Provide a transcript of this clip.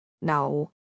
No